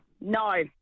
No